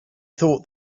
thought